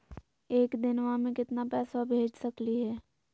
एक दिनवा मे केतना पैसवा भेज सकली हे?